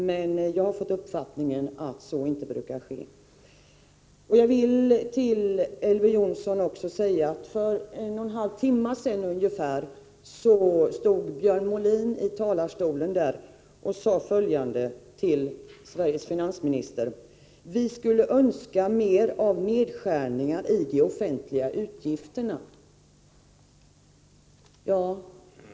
Jag har emellertid fått uppfattningen att ett sådant offentliggörande inte brukar ske. Jag vill påpeka för Elver Jonsson, att för ungefär en och en halv timme sedan stod Björn Molin i talarstolen och sade följande till Sveriges finansminister: Vi skulle önska mer av nedskärningar i de offentliga utgifterna.